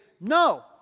no